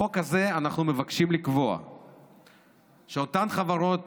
בחוק הזה אנחנו מבקשים לקבוע שאותן חברות